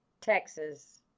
Texas